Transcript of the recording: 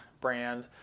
brand